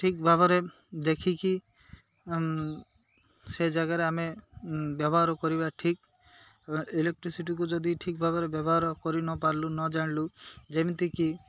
ଠିକ୍ ଭାବରେ ଦେଖିକି ସେ ଜାଗାରେ ଆମେ ବ୍ୟବହାର କରିବା ଠିକ୍ ଇଲେକ୍ଟ୍ରିସିଟିକୁ ଯଦି ଠିକ୍ ଭାବରେ ବ୍ୟବହାର କରିନପାରିଲୁ ନ ଜାଣିଲୁ ଯେମିତିକି